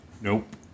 Nope